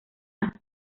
más